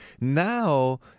Now